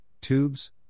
tubes